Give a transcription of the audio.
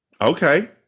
okay